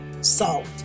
salt